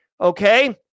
okay